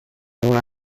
una